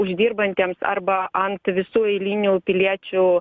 uždirbantiems arba ant visų eilinių piliečių